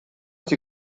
die